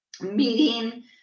meeting